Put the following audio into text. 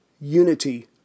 unity